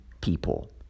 people